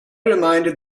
reminded